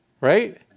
right